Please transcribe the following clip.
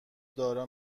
دارا